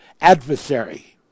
adversary